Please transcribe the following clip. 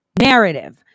narrative